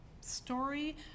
story